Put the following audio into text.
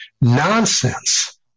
nonsense